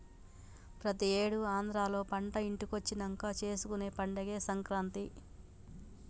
ప్రతి ఏడు ఆంధ్రాలో పంట ఇంటికొచ్చినంక చేసుకునే పండగే సంక్రాంతి